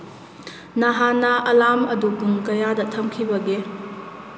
ꯅꯍꯥꯜꯅ ꯑꯂꯥꯝ ꯑꯗꯨ ꯄꯨꯡ ꯀꯌꯥꯗ ꯊꯝꯈꯤꯕꯒꯦ